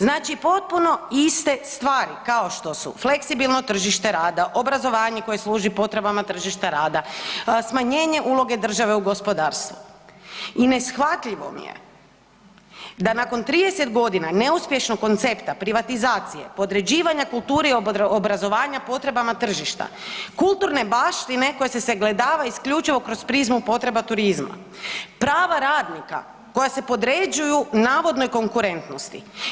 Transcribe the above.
Znači potpuno iste stvari kao što su fleksibilno tržište rada, obrazovanje koje služi potrebama tržišta rada, smanjenje uloge države u gospodarstvu i neshvatljivo mi je da nakon 30 godina neuspješnog koncepta privatizacije, podređivanja kulture i obrazovanja potrebama tržišta, kulturne baštine koja se sagledava isključivo kroz prizmu potreba turizma, prava radnika koja se podređuju navodnoj konkurentnosti.